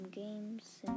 games